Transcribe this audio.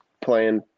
playing